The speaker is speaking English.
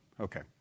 Okay